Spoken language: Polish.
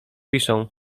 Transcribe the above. piszą